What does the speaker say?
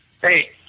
Hey